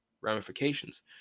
ramifications